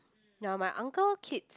ya my uncle kid